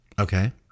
Okay